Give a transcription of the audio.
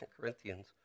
Corinthians